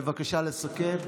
בבקשה לסכם.